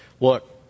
look